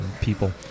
people